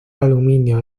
aluminio